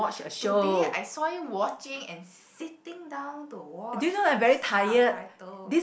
today I saw you watching and sitting down to watch the subtitles